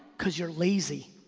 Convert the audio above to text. cause you're lazy.